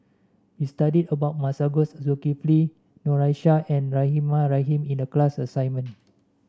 we studied about Masagos Zulkifli Noor Aishah and Rahimah Rahim in the class assignment